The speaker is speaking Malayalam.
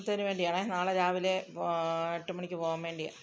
ത്തേനുവേണ്ടിയാണെ നാളെ രാവിലെ പോ എട്ട് മണിക്ക് പോവാന് വേണ്ടിയാണ്